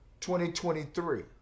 2023